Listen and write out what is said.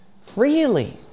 freely